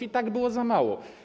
To i tak było za mało.